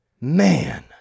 man